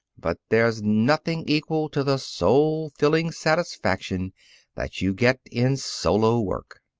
but there's nothing equal to the soul-filling satisfaction that you get in solo work.